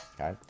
okay